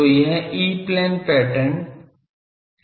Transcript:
तो यह E plane pattern है